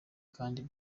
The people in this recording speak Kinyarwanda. kandi